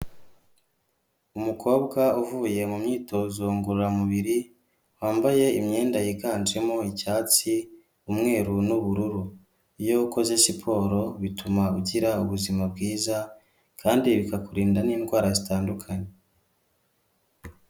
Umukobwa uvuye mu myitozo ngororamubiri, wambaye imyenda yiganjemo icyatsi umweru n'ubururu, iyo ukoze siporo bituma ugira ubuzima bwiza kandi bikakurindanda n'indwara zitandukanye.